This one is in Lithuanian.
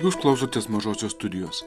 jūs klausotės mažosios studijos